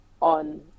on